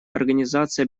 организации